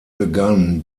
begann